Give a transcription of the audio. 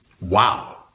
Wow